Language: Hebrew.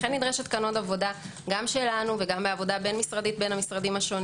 לכן נדרשת פה עוד עבודה גם שלנו וגם עבודה בין המשרדים השונים